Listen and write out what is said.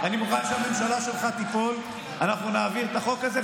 אנחנו נעביר את החוק הזה.